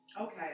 Okay